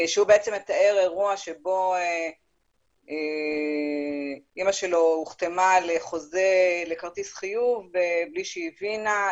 שהוא מתאר אירוע בו אימא שלו הוחתמה לכרטיס חיוב בלי שהיא הבינה,